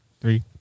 Three